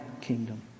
kingdom